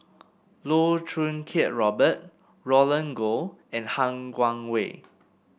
Loh Choo Kiat Robert Roland Goh and Han Guangwei